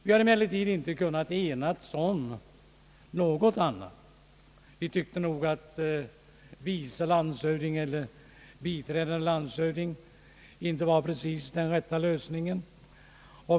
Vi har emellertid inte kunnat enas om något annat. Vi ansåg nog att vice landshövding eller biträdande landshövding inte precis var den rätta lösningen.